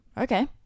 okay